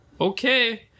Okay